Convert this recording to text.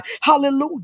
Hallelujah